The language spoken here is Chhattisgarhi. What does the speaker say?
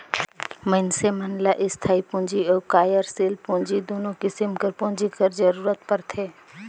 मइनसे मन ल इस्थाई पूंजी अउ कारयसील पूंजी दुनो किसिम कर पूंजी कर जरूरत परथे